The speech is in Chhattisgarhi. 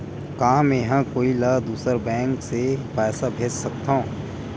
का मेंहा कोई ला दूसर बैंक से पैसा भेज सकथव?